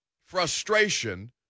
frustration